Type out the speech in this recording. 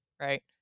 Right